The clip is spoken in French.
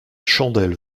chandelle